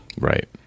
Right